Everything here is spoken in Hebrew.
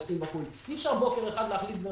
אי אפשר בוקר אחד להחליט.